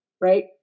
right